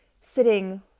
sitting